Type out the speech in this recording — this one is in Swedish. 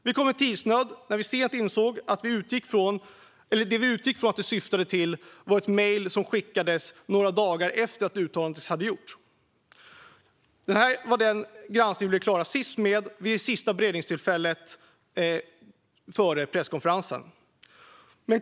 Vi kom i tidsnöd när vi sent insåg att det vi hade utgått från att det syftade på var ett mejl som skickades några dagar efter att uttalandet hade gjorts. Detta är den granskning vi blev klara sist med, vid det sista beredningstillfället före presskonferensen.